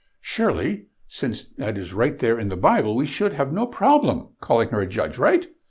surely, since that is right there in the bible, we should have no problem calling her a judge, right?